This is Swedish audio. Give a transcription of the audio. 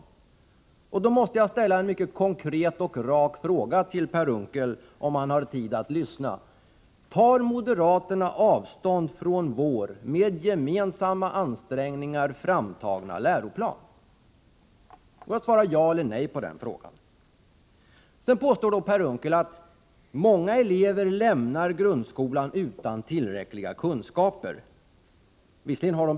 Jag måste, om han har tid att lyssna, ställa en mycket konkret fråga till Per Unckel: Tar moderaterna avstånd från vår med gemensamma ansträngningar framtagna läroplan? Det går att svara ja eller nej på denna raka fråga. Per Unckel påstår att många elever, även om de har betyg, lämnar grundskolan utan tillräckliga kunskaper.